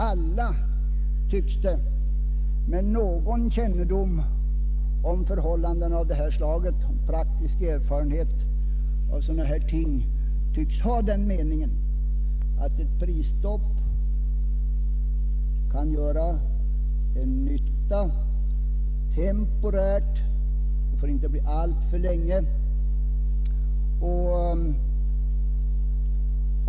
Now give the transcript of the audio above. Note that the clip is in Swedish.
Alla med någon kännedom om förhållanden av detta slag, med praktisk erfarenhet av sådana här ting, tycks ha den meningen att ett prisstopp kan göra nytta temporärt.